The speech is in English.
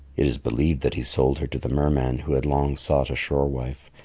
it is believed that he sold her to the merman who had long sought a shore-wife,